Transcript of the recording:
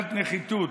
בעמדת נחיתות.